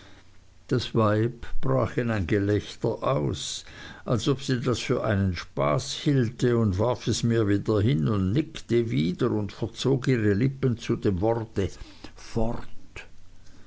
das weib brach in ein gelächter aus als ob sie das für einen spaß hielte und warf es mir wieder hin und nickte wieder und verzog ihre lippen zu dem worte fort